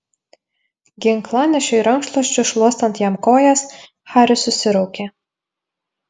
ginklanešiui rankšluosčiu šluostant jam kojas haris susiraukė